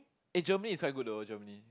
eh Germany is quite good though Germany